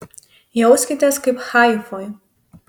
jauskitės kaip haifoj